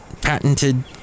Patented